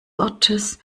wortes